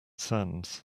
sands